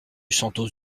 santos